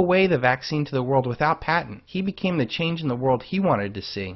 away the vaccine to the world without patent he became the change in the world he wanted to see